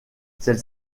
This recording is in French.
celle